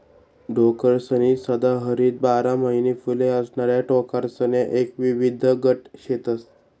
टोकरसनी सदाहरित बारा महिना फुले असणाऱ्या टोकरसण्या एक विविध गट शेतस